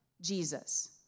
Jesus